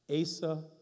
Asa